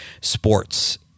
sports